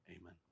Amen